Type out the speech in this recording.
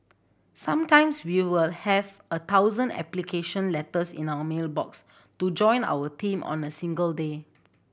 sometimes we will have a thousand application letters in our mail box to join our team on a single day